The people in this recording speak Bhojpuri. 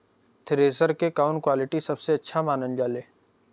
थ्रेसर के कवन क्वालिटी सबसे अच्छा मानल जाले?